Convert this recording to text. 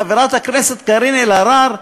חברת הכנסת קארין אלהרר,